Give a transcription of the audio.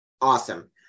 awesome